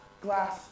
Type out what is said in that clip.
glass